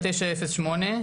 אנחנו לא מדברים על ארצות-הברית.